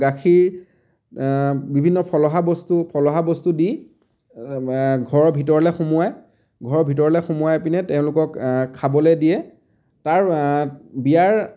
গাখীৰ বিভিন্ন ফলাহা বস্তু ফলহা বস্তু দি ঘৰৰ ভিতৰলৈ সোমোৱাই ঘৰৰ ভিতৰলৈ সোমোৱাই পিনে তেওঁলোকক খাবলৈ দিয়ে তাৰ বিয়াৰ